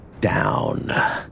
down